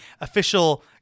official